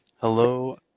hello